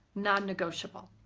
non-negotiable.